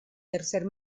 tercer